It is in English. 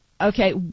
Okay